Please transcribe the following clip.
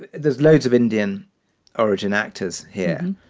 there's loads of indian origin actors here.